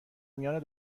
میان